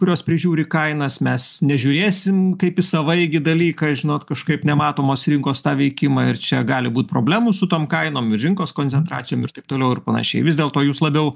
kurios prižiūri kainas mes nežiūrėsim kaip į savaeigį dalyką žinot kažkaip nematomos rinkos tą veikimą ir čia gali būti problemų su tom kainom ir rinkos koncentracijom ir taip toliau ir panašiai vis dėlto jūs labiau